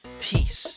Peace